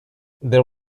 there